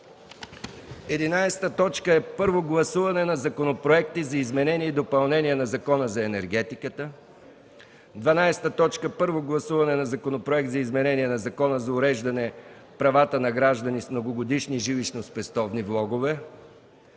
11. Първо гласуване на законопроекти за изменение и допълнение на Закона за енергетиката. 12. Първо гласуване на Законопроект за изменение на Закона за уреждане правата на граждани с многогодишни жилищно-спестовно влогове.